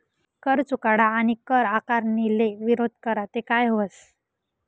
कर चुकाडा आणि कर आकारणीले विरोध करा ते काय व्हस